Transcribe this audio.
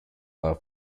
are